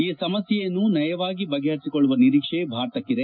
ಈ ಸಮಸ್ಯೆಯನ್ನು ನಯವಾಗಿ ಬಗೆಹರಿಸಿಕೊಳ್ಳುವ ನಿರೀಕ್ಷೆ ಭಾರತಕ್ಕಿದೆ